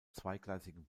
zweigleisigen